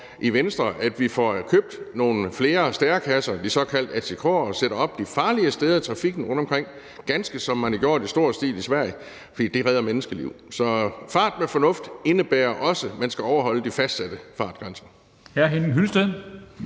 ind for, at vi får købt nogle flere stærekasser – de såkaldt atk'er – og får sat dem op de farlige steder i trafikken rundtomkring, ganske som man har gjort i stor stil i Sverige. For det redder menneskeliv. Så fart med fornuft indebærer også, at man skal overholde de fastsatte fartgrænser.